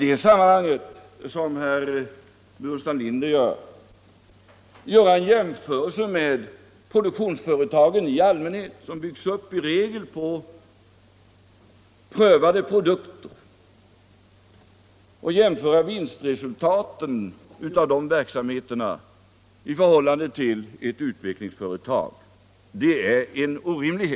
Att där göra jämförelser — som herr Burenstam Linder gjorde — med produktionsföretag i allmänhet, som i regel byggs upp på prövade produkter, och att jämföra vinstresultaten i sådana företag med verksamheten i ett utvecklingsföretag är orimligt.